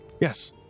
Yes